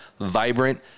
vibrant